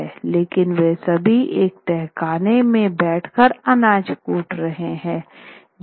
लेकिन वे सभी एक तहखाने में बैठकर अनाज कूट रहे हैं